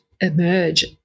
emerge